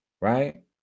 right